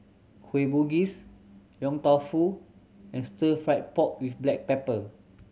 Kueh Bugis Yong Tau Foo and Stir Fried Pork With Black Pepper